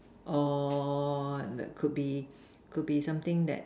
or that could be could be something that